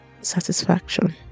satisfaction